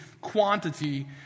quantity